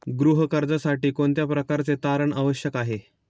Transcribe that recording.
गृह कर्जासाठी कोणत्या प्रकारचे तारण आवश्यक आहे?